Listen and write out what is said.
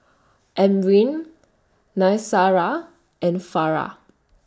Amrin Qaisara and Farah